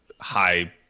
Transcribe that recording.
high